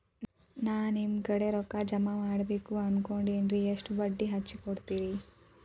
ನಾ ನಿಮ್ಮ ಕಡೆ ರೊಕ್ಕ ಜಮಾ ಮಾಡಬೇಕು ಅನ್ಕೊಂಡೆನ್ರಿ, ಎಷ್ಟು ಬಡ್ಡಿ ಹಚ್ಚಿಕೊಡುತ್ತೇರಿ?